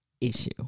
issue